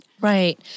Right